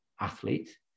athlete